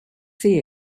see